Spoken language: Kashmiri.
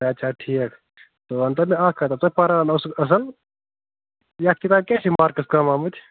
صحت چھا ٹھیٖک ژٕ وَن تا مےٚ اکھ کَتھ ژٕے پران اوسُک اصٕل یتھ کِتابہِ کیٛازِ چھِی مارکٕس کَم آمٕتۍ